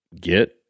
get